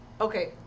Okay